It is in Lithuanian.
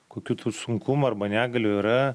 kokių tų sunkumų arba negalių yra